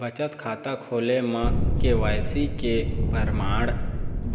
बचत खाता खोले म के.वाइ.सी के परमाण